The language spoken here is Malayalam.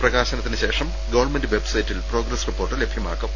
പ്രകാശനത്തിനുശേഷം ഗവൺമെന്റ് വെബ്സൈറ്റിൽ പ്രോഗ്രസ് റിപ്പോർട്ട് ലഭ്യമാകും